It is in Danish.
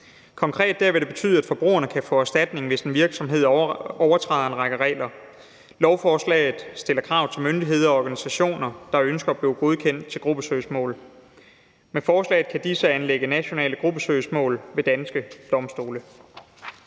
Konkret vil det betyde, at forbrugerne kan få erstatning, hvis en virksomhed overtræder en række regler. Lovforslaget stiller krav til myndigheder og organisationer, der ønsker at blive godkendt til gruppesøgsmål. Med forslaget kan disse anlægge nationale gruppesøgsmål ved danske domstole.